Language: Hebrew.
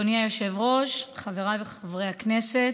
אדוני היושב-ראש, חבריי חברי הכנסת,